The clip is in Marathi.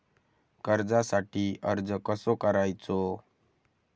कर्जासाठी अर्ज कसो करायचो?